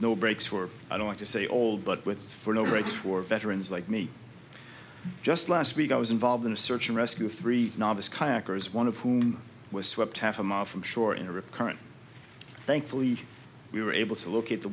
no breaks for i don't want to say old but with no rights for veterans like me just last week i was involved in a search and rescue of three novice kayakers one of whom was swept half a mile from shore in a rip current thankfully we were able to look at the